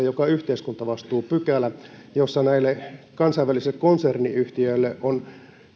joka on yhteiskuntavastuupykälä jossa näille kansainvälisille konserniyhtiöille on